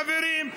חברים,